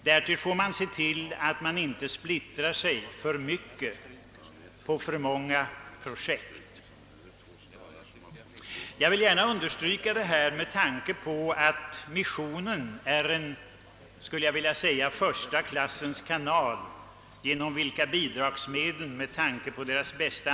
Därtill får man se till att man inte splittrar sig på för många projekt. Jag vill gärna understryka att missionen med tanke på pengarnas bästa användande är en första klassens kanal för att överföra bidragsmedlen till u-länderna.